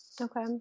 Okay